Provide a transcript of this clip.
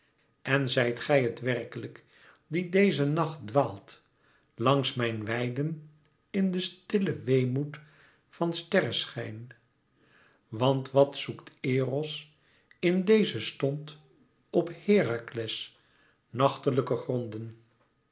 en zijt gij het werkelijk die deze nacht dwaalt langs mijn weiden in den stillen weemoed van sterrenschijn want wat zoekt eros in dezen stond op herakles nachtelijke gronden